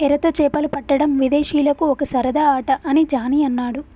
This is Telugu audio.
ఎరతో చేపలు పట్టడం విదేశీయులకు ఒక సరదా ఆట అని జానీ అన్నాడు